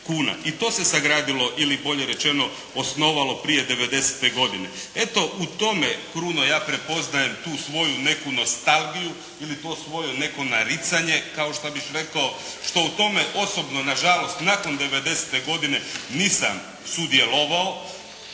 I to se sagradilo ili bolje rečeno osnovalo prije '90.-te godine. Eto, u tome Kruno ja prepoznajem tu svoju neku nostalgiju ili to svoje neko naricanje, kao što bih rekao, što u tome osobno nažalost nakon '90.-te godine nisam sudjelovao.